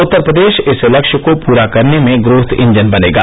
उत्तर प्रदेश इस लक्ष्य को पूरा करने में ग्रोथ इंजन बनेगा